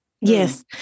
Yes